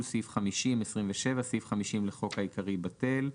סעיף 50 27.סעיף 50 לחוק העיקרי - בטל.